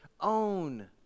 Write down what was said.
own